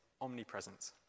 omnipresent